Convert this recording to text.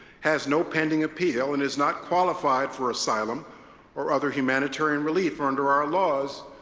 has no pending appeal, and has not qualified for asylum or other humanitarian relief under our laws,